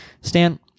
Stan